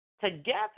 together